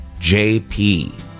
JP